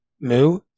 Moo